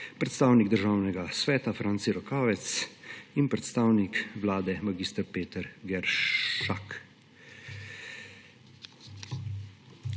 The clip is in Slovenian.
predstavnik Državnega sveta Franci Rokavec in predstavnik Vlade mag. Peter Geršak.